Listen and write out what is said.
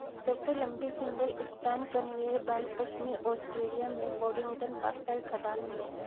सबसे लंबी single span conveyor belt पश्चिमी ऑस्ट्रेलिया में बोडिंगटन बॉक्साइट खदान में है